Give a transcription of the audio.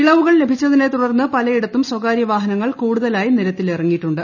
ഇളവുകൾ ലഭിച്ചതിനെ തുടർന്ന് പലയിടത്തും സ്വകാര്യ വാഹനങ്ങൾ കൂടുതലായി നിരത്തിലിറങ്ങിയിട്ടുണ്ട്